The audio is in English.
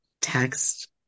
text